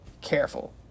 careful